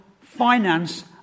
finance